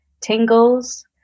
tingles